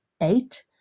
eight